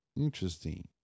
interesting